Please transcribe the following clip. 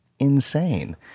insane